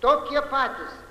tokie patys